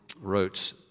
wrote